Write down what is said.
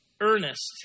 earnest